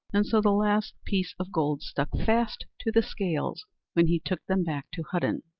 and so the last piece of gold stuck fast to the scales when he took them back to hudden.